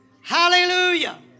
Hallelujah